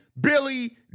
Billy